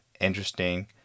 interesting